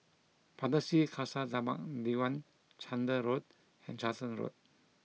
Pardesi Khalsa Dharmak Diwan Chander Road and Charlton Road